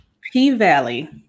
P-Valley